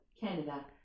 Canada